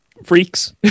freaks